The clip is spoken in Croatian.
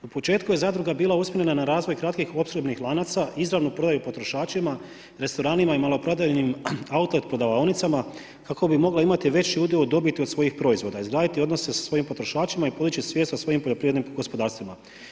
U početku je zadruga bila usmjerena na razvoj kratkih opskrbnih lanaca, izravnu prodaju potrošačima, restoranima i maloprodajnim outlet prodavaonicama kako bi mogla imati veći udio od dobiti od svojih proizvoda, izgraditi odnose sa svojim potrošačima i podići svijest sa svojim poljoprivrednim gospodarstvima.